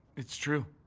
it's true.